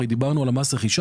הרי דיברנו על המס רכישה,